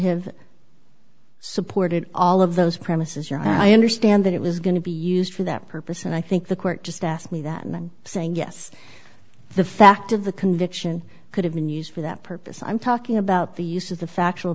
have supported all of those premises your i understand that it was going to be used for that purpose and i think the court just asked me that and saying yes the fact of the conviction could have been used for that purpose i'm talking about the use of the factual